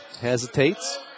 Hesitates